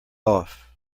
off